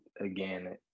again